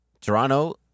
Toronto